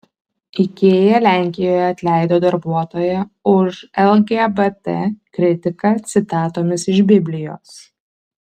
ikea lenkijoje atleido darbuotoją už lgbt kritiką citatomis iš biblijos